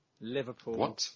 Liverpool